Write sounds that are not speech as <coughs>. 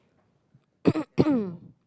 <coughs>